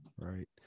right